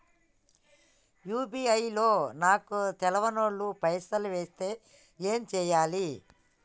UPI లో నాకు తెల్వనోళ్లు పైసల్ ఎస్తే ఏం చేయాలి?